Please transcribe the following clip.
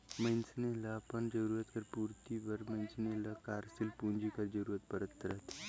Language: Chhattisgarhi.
मइनसे ल अपन जरूरत कर पूरति बर मइनसे ल कारसील पूंजी कर जरूरत परत रहथे